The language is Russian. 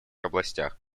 областях